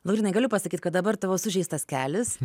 laurynai galiu pasakyt kad dabar tavo sužeistas kelis